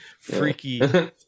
Freaky